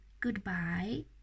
goodbye